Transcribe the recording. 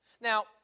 Now